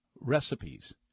recipes